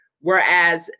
whereas